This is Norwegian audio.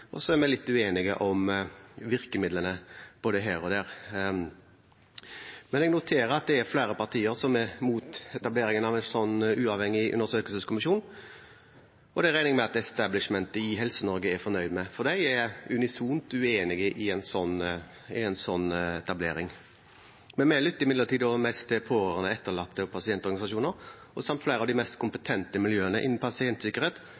pasienten. Så er vi litt uenige om virkemidlene, både her og der. Men jeg noterer at det er flere partier som er imot etableringen av en slik uavhengig undersøkelseskommisjon, og det regner jeg med at «the establishment» i Helse-Norge er fornøyd med, for de er unisont uenig i en slik etablering. Vi lytter imidlertid mest til pårørende, etterlatte og pasientorganisasjoner samt flere av de mest kompetente miljøene innen pasientsikkerhet,